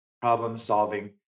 problem-solving